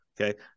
Okay